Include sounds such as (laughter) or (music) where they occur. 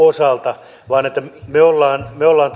se nyt sininen vaan me olemme me olemme (unintelligible)